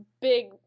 big